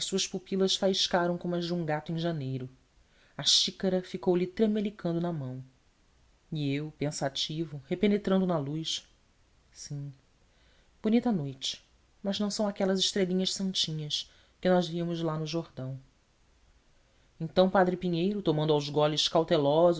suas pupilas faiscaram como as de um gato em janeiro a xícara ficou-lhe tremelicando na mão e eu pensativo repenetrando na luz sim bonita noite mas não são aquelas estrelinhas santinhas que nós vimos lá no jordão então padre pinheiro tomando aos goles cautelosos